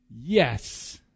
yes